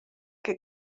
que